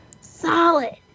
solid